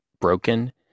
broken